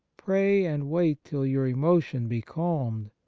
pray and wait till your emotion be calmed.